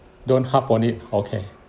don't harp on it okay